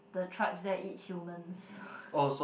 the tribes there eat humans